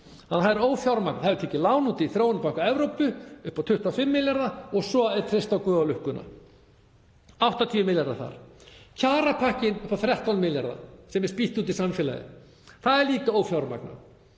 Þannig að þetta er ófjármagnað. Það er tekið lán hjá Þróunarbanka Evrópu upp á 25 milljarða og svo er treyst á guð og lukkuna. 80 milljarðar þar. Kjarapakkinn upp á 13 milljarða sem er spýtt út í samfélagið er líka ófjármagnaður.